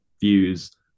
views